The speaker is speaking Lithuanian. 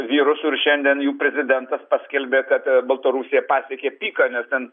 virusu ir šiandien jau prezidentas paskelbė kad baltarusija pasiekė piką nes ten